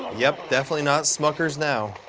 yep, definitely not smuckers now.